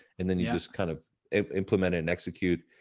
and then you just kind of implemented and execute.